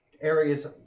areas